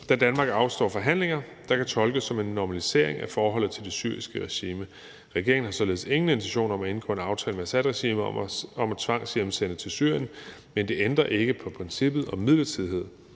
da Danmark afstår fra handlinger, der kan tolkes som en normalisering af forholdet til det syriske regime. Regeringen har således ingen intentioner om at indgå en aftale med Assadregimet om at tvangshjemsende til Syrien, men det ændrer ikke på princippet om midlertidighed.